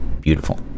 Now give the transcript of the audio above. Beautiful